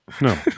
No